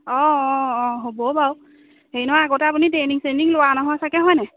অঁ অঁ অঁ হ'ব বাৰু হেৰি নহয় আগতে আপুনি ট্ৰেইনিং চেইনিং লোৱা নহয় চাগে হয়নে